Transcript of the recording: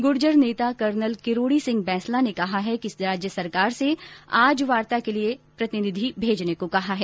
गुर्जर नेता कर्नल किरोडी सिंह बैंसला ने राज्य सरकार से आज वार्ता के लिए प्रतिनिधि भेजने को कहा है